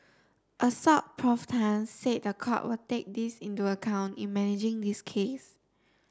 Assoc Prof Tan said the court will take this into account in managing this case